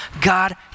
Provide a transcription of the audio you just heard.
God